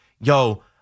yo